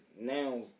now